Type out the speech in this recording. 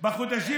בחודשים